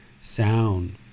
sound